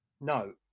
No